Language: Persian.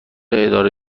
اداره